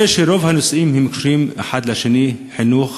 ואני רואה שרוב הנושאים קשורים אחד לשני: חינוך,